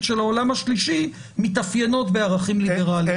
של העולם השלישי מתאפיינות בערכים ליברליים.